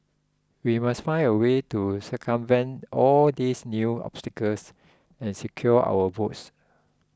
we must find a way to circumvent all these new obstacles and secure our votes